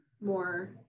more